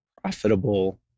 profitable